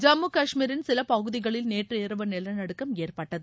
ஜம்மு காஷ்மீரின் சில பகுதிகளில் நேற்று இரவு நிலநடுக்கம் ஏற்பட்டது